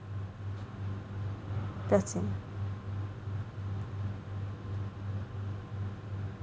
不要讲